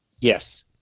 Yes